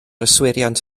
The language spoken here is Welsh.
yswiriant